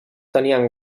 tenien